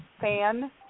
fan